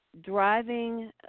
driving